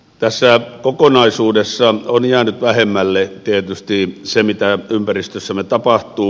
tässä kokonaisuudessa on jäänyt vähemmälle tietysti se mitä ympäristössämme tapahtuu